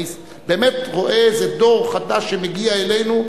אני באמת רואה איזה דור חדש שמגיע אלינו,